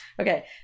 Okay